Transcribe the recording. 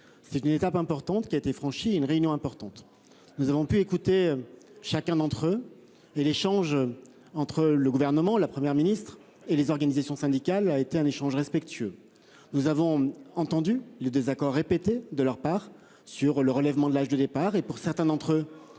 C'est une étape importante qui a été franchi une réunion importante. Nous avons pu écouter. Chacun d'entre eux et l'échange entre le gouvernement, la Première ministre et les organisations syndicales a été un échange respectueux. Nous avons entendu les désaccords répétés de leur part sur le relèvement de l'âge de départ et pour certains d'entre eux